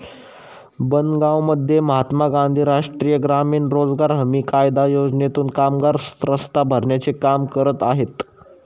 बनगावमध्ये महात्मा गांधी राष्ट्रीय ग्रामीण रोजगार हमी कायदा योजनेतून कामगार रस्ता भरण्याचे काम करत आहेत